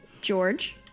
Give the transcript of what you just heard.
George